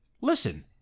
Listen